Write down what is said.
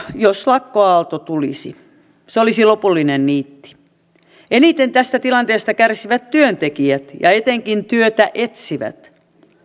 jos lakkoaalto tulisi se olisi lopullinen niitti eniten tästä tilanteesta kärsivät työntekijät ja etenkin työtä etsivät